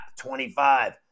25